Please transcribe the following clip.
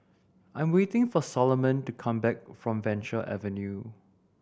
I'm waiting for Soloman to come back from Venture Avenue